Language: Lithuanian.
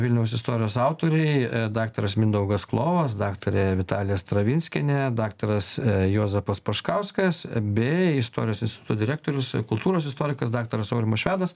vilniaus istorijos autoriai daktaras mindaugas klovas daktarė vitalija stravinskienė daktaras juozapas paškauskas bei istorijos instituto direktorius kultūros istorikas daktaras aurimas švedas